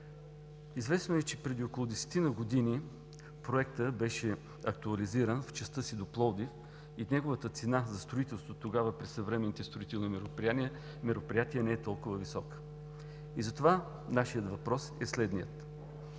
Известно е, че преди около десетина години Проектът беше актуализиран в частта си до Пловдив и неговата цена за строителство тогава, при съвременните строителни мероприятия, не е толкова висока. Затова нашият въпрос е следният: